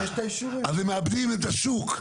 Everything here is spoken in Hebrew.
אז הם מאבדים את השוק.